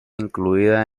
incluida